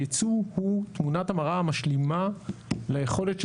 הייצוא הוא תמונת המראה המשלימה ליכולת של